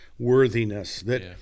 Worthiness—that